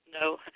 No